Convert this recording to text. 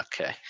Okay